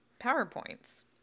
PowerPoints